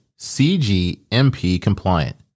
CGMP-compliant